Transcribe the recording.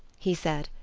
he said,